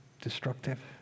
destructive